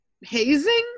hazing